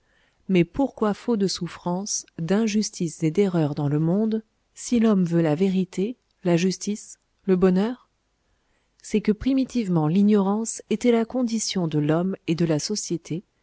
mais pourquoi faut de souffrances d'injustices et d'erreurs dans le monde si l'homme veut la vérité la justice le bonheur c'est que primitivement l'ignorance était la condition de l'homme et de la société